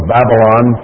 Babylon